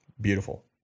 Beautiful